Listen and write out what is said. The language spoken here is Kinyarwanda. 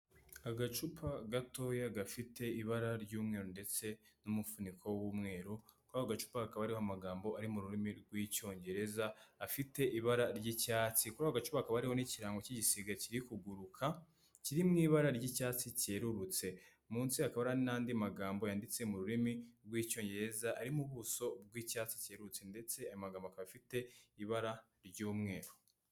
Agacupa gatoya gafite ibara ry'umweru ndetse n'umufuniko w'umweru wako gacupa ukaba uriho amagambo ari mu rurimi rw'icyongereza afite ibara ry'icyatsi kuri ako gacupa hakaba hariho n'ikirango cy'igisiga kiri kuguruka kiri mw’ibara ry'icyatsi cyerurutse munsi yako hakaba hari n'andi magambo yanditse mu rurimi rw'icyongereza arimo ubuso bw'icyatsi cyerurutse ndetse amagambo akaba afite ibara ry'umweru.